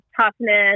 toughness